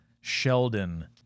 Sheldon